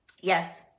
Yes